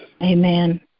Amen